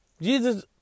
Jesus